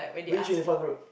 which uniform group